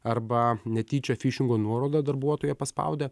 arba netyčia fišingo nuoroda darbuotoja paspaudė